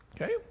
Okay